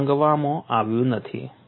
તે રંગવામાં આવ્યું નથી